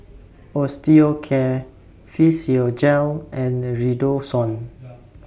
Osteocare Physiogel and Redoxon